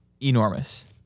enormous